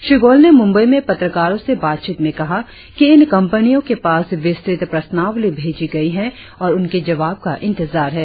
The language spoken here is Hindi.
श्री गोयल ने मुंबई में पत्रकारों से बातचीत में कहा कि इन कंपनियों के पास विस्तृत प्रश्नावली भेजी गई है और उनके जवाब का इंतजार है